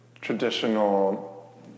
traditional